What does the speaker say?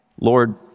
Lord